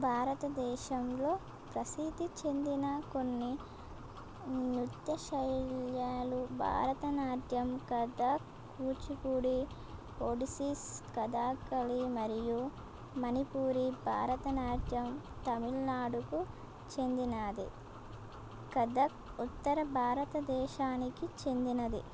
భారతదేశంలో ప్రసిద్ధి చెందిన కొన్ని నృత్యశైలులు భరతనాట్యం కథక్ కూచిపూడి ఒడిశీ కథాకళి మరియు మణిపూరి భరతనాట్యం తమిళనాడుకు చెందినది కథక్ ఉత్తర భారతదేశానికి చెందినది